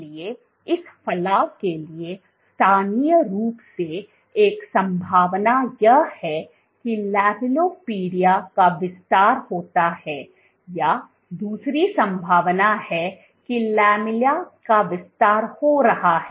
इसलिए इस फलाव के लिए स्थानीय रूप से एक संभावना यह है कि लैमेलिपोडिया का विस्तार होता है या दूसरी संभावना है कि लैमेलिया का विस्तार हो रहा है